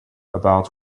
about